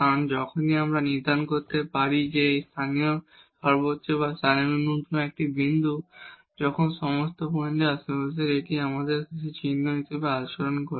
কারণ তখনই আমরা নির্ধারণ করতে পারি যে এটি লোকাল ম্যাক্সিমা এবং লোকাল মিনিমা একটি বিন্দু যখন সমস্ত পয়েন্ট আশেপাশে এটি আমাদের একই চিহ্ন দিয়ে আচরণ করে